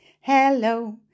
hello